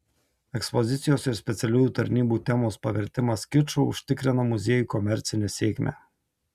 ekspozicijos ir specialiųjų tarnybų temos pavertimas kiču užtikrina muziejui komercinę sėkmę